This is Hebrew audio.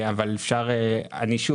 שוב,